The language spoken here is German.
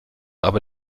aber